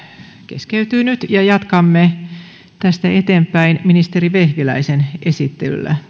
keskeytyy nyt ja jatkamme tästä eteenpäin ministeri vehviläisen esittelyllä